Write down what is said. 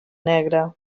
negra